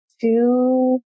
two